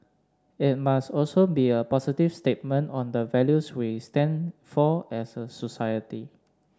it must also be a positive statement on the values we stand for as a society